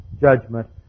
judgment